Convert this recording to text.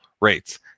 rates